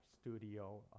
studio